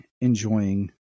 enjoying